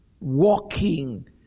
walking